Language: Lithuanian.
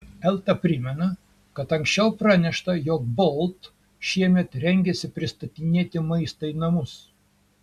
elta primena kad anksčiau pranešta jog bolt šiemet rengiasi pristatinėti maistą į namus